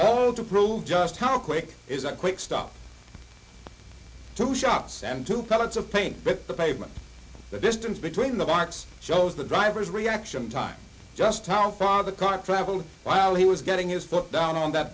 all to prove just how quick is a quick stop two shots and two pellets of paint but the pavement the distance between the marks shows the driver's reaction time just how far the car travel while he was getting his foot down on that